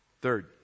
Third